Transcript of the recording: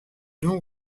donc